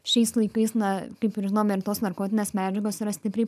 šiais laikais na kaip ir žinome ir tos narkotinės medžiagos yra stipriai